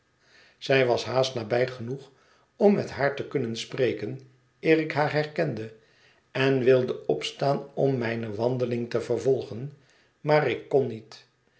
zij was haast nabij genoeg om met haar te kunnen spreken eer ik haar herkende en wilde opstaan om mijne wandeling te vervolgen maar ik kon niet